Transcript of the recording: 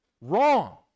Wrong